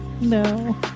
No